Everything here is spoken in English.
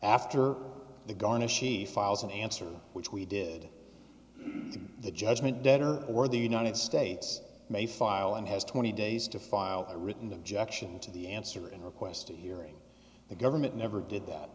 after the garnishee files an answer which we did the judgment debtor or the united states may file and has twenty days to file a written objection to the answer and request a hearing the government never did that